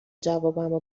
جوابمو